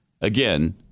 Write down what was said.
again